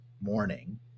morning